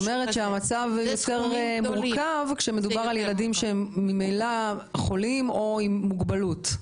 ואת אומרת שהמצב יותר מורכב כשמדובר על ילדים חולים או עם מוגבלות.